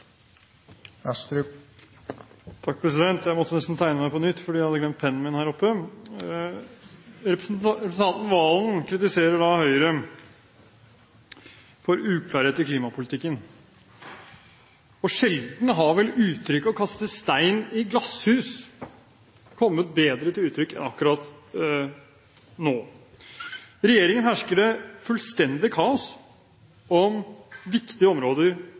Jeg måtte nesten tegne meg på nytt, for jeg hadde glemt pennen min her oppe. Representanten Valen kritiserer Høyre for uklarhet i klimapolitikken. Sjelden har vel uttrykket «en skal ikke kaste med stein når en selv sitter i glasshus» kommet bedre til sin rett enn akkurat nå. I regjeringen hersker det fullstendig kaos om viktige områder